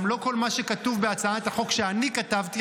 גם לא כל מה שכתוב בהצעת החוק שאני כתבתי,